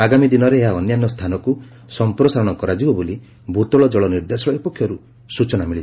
ଆଗାମୀ ଦିନରେ ଏହା ଅନ୍ୟାନ୍ୟ ସ୍ତାନକୁ ସଂପ୍ରସାରଣ କରାଯିବ ବୋଲି ଭ଼ତଳ ଜଳ ନିର୍ଦ୍ଦେଶାଳୟ ପକ୍ଷରୁ ସୂଚନା ମିଳିଛି